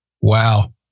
Wow